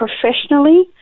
professionally